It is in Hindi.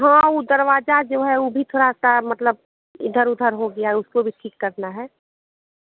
हाँ ओ दरवाजा जो है ओ भी थोड़ा सा मतलब इधर उधर हो गया है उसको भी ठीक करना है